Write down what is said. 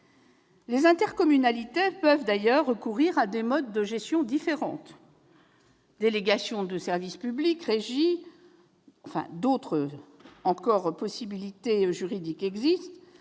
Les intercommunalités peuvent d'ailleurs recourir à des modes de gestion différents- délégations de service public, régies ou autres statuts juridiques -pour